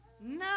No